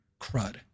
crud